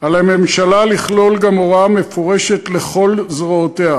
"על הממשלה לכלול גם הוראה מפורשת לכל זרועותיה,